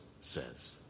says